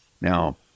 Now